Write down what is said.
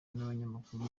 n’abanyamakuru